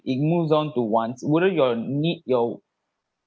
it moves on to wants wouldn't your need your